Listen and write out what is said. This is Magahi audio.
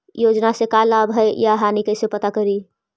योजना से का लाभ है या हानि कैसे पता करी?